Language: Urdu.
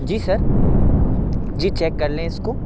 جی سر جی چیک کر لیں اس کو